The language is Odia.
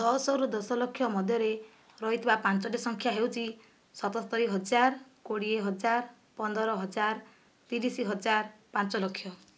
ଦଶରୁ ଦଶଲକ୍ଷ ମଧ୍ୟରେ ରହିଥିବା ପାଞ୍ଚଟି ସଂଖ୍ୟା ହେଉଛି ସତସ୍ତୋରି ହଜାର କୋଡ଼ିଏ ହଜାର ପନ୍ଦର ହଜାର ତିରିଶ ହଜାର ପାଞ୍ଚ ଲକ୍ଷ